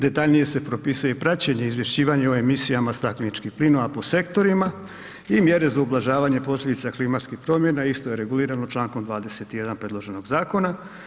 Detaljnije se propisuje praćenje izvješćivanje o emisijama stakleničkih plinova po sektorima i mjere za ublažavanje posljedica klimatskih promjena, isto je regulirano člankom 21. predloženog zakona.